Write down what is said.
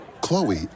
Chloe